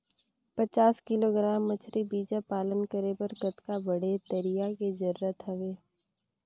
पचास किलोग्राम मछरी बीजा पालन करे बर कतका बड़े तरिया के जरूरत हवय?